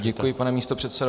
Děkuji, pane místopředsedo.